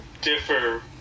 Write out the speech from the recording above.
differ